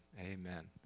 Amen